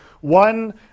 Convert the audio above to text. one